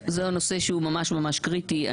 זה נושא שהוא ממש ממש קריטי.